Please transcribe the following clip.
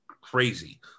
crazy